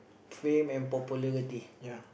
fame and popularity